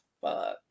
fuck